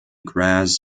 gras